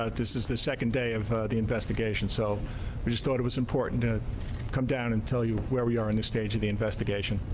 ah this is the second day of the investigation. self restored was important to come down and tell you where we are. in the stage of the investigation,